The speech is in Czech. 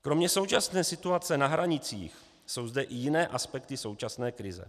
Kromě současné situace na hranicích jsou zde i jiné aspekty současné krize.